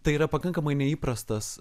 tai yra pakankamai neįprastas